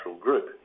group